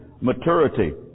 maturity